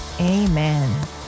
Amen